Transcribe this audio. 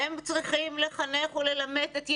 הם צריכים לחנך וללמד את ילדינו,